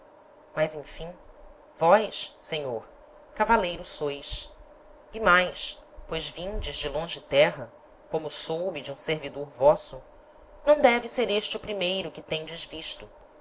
mas emfim vós senhor cavaleiro sois e mais pois vindes de longe terra como soube de um servidor vosso não deve ser este o primeiro que tendes visto